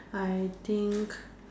I think